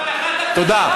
תודה.